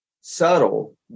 subtle